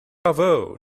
bravo